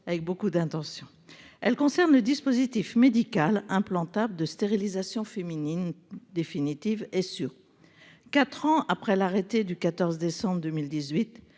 avec beaucoup d'attention. Ma question concerne le dispositif médical implantable de stérilisation féminine définitive Essure. Quatre ans après l'arrêté du 14 décembre 2018